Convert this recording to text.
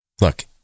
Look